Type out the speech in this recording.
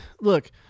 look